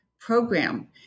program